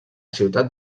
ciutat